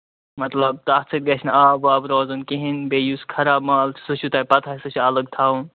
مطلب تَتھ سۭتۍ گژھِ نہٕ آب واب روزُن کِہیٖنٛۍ بیٚیہِ یُس خراب مال چھُ سُہ چھُو تۄہہِ پَتہٕ ہے سُہ چھُو تۄہہِ اَلگ تھاوُن